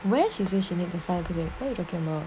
where she says you need to five using the camera